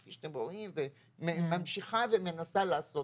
כפי שאתם רואים, וממשיכה ומנסה לעשות